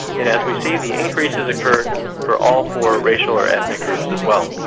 and as we see, the increases occurred for all four racial or ethnic groups as well.